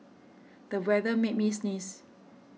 the weather made me sneeze